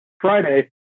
Friday